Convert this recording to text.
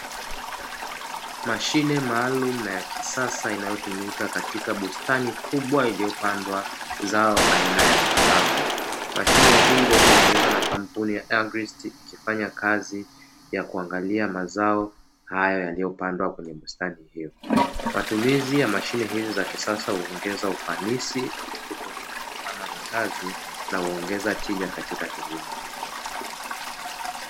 Mashine maalumu na ya kisasa inayotumika katika bustani kubwa iliyopandwa zao aina ya matango, mashine hii iliyotengenezwa na kampuni ya "agristy" ikifanyakazi yakuangalia mazao hayo yaliopandwa kwenye bustani hiyo, matumizi ya mashine za kisasa uongeza ufanisi. Na upunguza zama za kazi na uongeza tija katika kilimo.